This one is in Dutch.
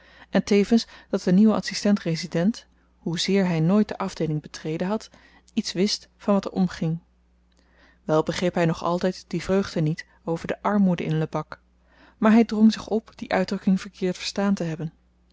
en tevens dat de nieuwe adsistent resident hoezeer hy nooit de afdeeling betreden had iets wist van wat er omging wel begreep hy nog altyd die vreugde niet over de armoede in lebak maar hy drong zich op die uitdrukking verkeerd verstaan te hebben